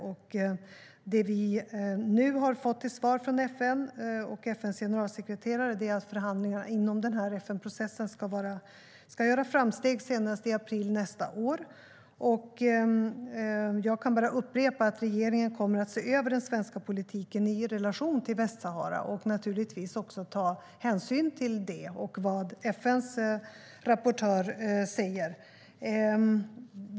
Det svar vi nu har fått från FN och dess generalsekreterare är att förhandlingarna inom FN-processen ska göra framsteg senast i april nästa år. Jag kan bara upprepa att regeringen kommer att se över den svenska politiken i relation till Västsahara och naturligtvis ta hänsyn till det och till vad FN:s rapportör säger.